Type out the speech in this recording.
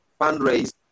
fundraise